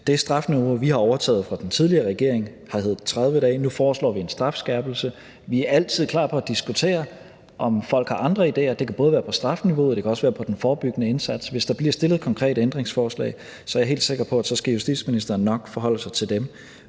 Det strafniveau, som vi har overtaget fra den tidligere regering, har heddet 30 dage, og nu foreslår vi en strafskærpelse. Vi er altid klar på at diskutere, om folk har andre idéer – det kan både være i forhold til strafniveauet, og det kan også være i forhold til den forebyggende indsats – hvis der bliver stillet konkrete ændringsforslag, er jeg helt sikker på, at justitsministeren nok skal forholde sig til dem.